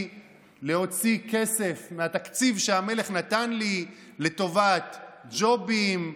להוציא כסף מהתקציב שהמלך נתן לי לטובת ג'ובים,